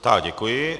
Tak děkuji.